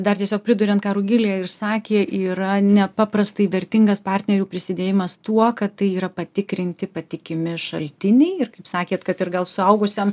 dar tiesiog priduriant ką rugilė išsakė yra nepaprastai vertingas partnerių prisidėjimas tuo kad tai yra patikrinti patikimi šaltiniai ir kaip sakėt kad ir gal suaugusiam